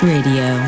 Radio